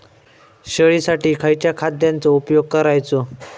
शेळीसाठी खयच्या खाद्यांचो उपयोग करायचो?